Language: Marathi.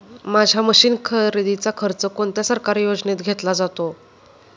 माझ्या मशीन खरेदीचा खर्च कोणत्या सरकारी योजनेत घेतला जातो?